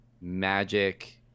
magic